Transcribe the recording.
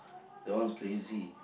that one's crazy